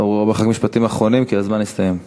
השר אורבך, משפטים אחרונים, כי הזמן הסתיים.